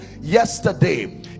yesterday